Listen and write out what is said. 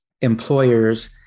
employers